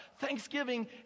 thanksgiving